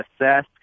assess